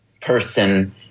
person